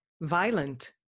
violent